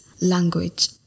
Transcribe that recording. language